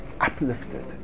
uplifted